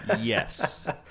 Yes